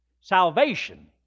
Salvation